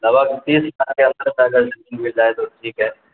سوا تیس کے انر سے اگر مل جائے تو ٹھیک ہے